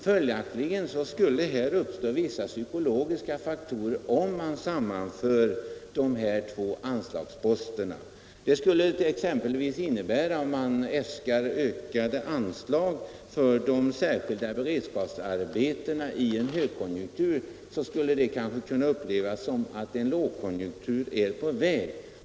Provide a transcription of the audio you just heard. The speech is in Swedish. Följaktligen skulle det uppstå vissa psykologiska verkningar om man sammanförde dessa två anslagsposter. Om man exempelvis under en högkonjunktur äskade ökade anslag för de särskilda beredskapsarbetena, så skulle det kunna uppfattas som om en lågkonjunktur var på väg.